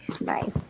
Bye